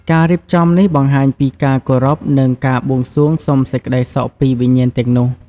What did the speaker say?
ការរៀបចំនេះបង្ហាញពីការគោរព និងការបួងសួងសុំសេចក្តីសុខពីវិញ្ញាណទាំងនោះ។